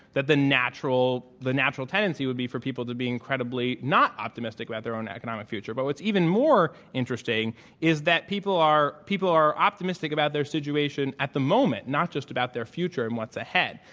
that the natural the natural tendency would be for people to be incredibly not optimistic about their own economic future. but what's even more interesting is that people are people are optimistic about their situation at the moment, not just about their future and what's ahead.